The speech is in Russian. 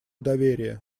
доверие